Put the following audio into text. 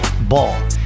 Ball